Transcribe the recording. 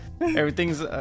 Everything's